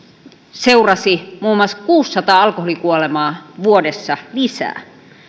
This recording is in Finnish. seurasi muun muassa kuusisataa alkoholikuolemaa vuodessa lisää